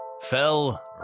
Fell